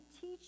teach